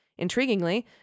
Intriguingly